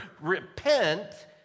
Repent